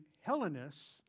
Hellenists